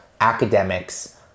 academics